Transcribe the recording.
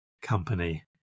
company